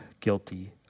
guilty